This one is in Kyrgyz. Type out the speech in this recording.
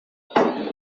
мага